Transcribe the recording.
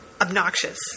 obnoxious